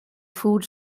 food